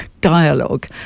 dialogue